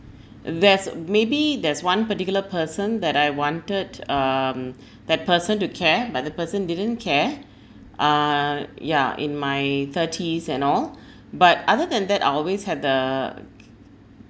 there's maybe there's one particular person that I wanted um that person to care but the person didn't care uh ya in my thirties and all but other than that I always have the